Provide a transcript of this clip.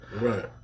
right